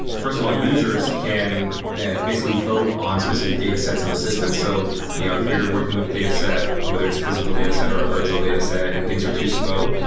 first of all, users can basically vote on specific datasets in the system. so you know if you're working with the dataset, whether it's a physical dataset or a virtual dataset and things are too slow,